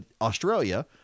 Australia